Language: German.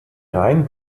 rhein